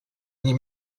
nie